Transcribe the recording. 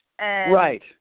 Right